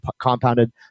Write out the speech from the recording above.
compounded